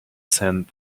send